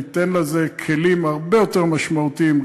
ניתן לזה כלים הרבה יותר משמעותיים,